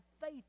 faith